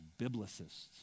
biblicists